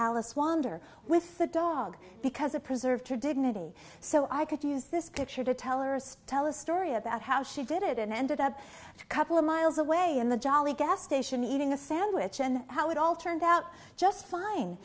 alice wander with the dog because it preserved her dignity so i could use this picture to tellers tell a story about how she did it and ended up a couple of miles away in the jolly gas station eating a sandwich and how it all turned out just fine